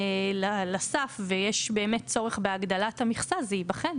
לסף ויש באמת צורך בהגדלת המכסה זה ייבחן.